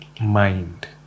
mind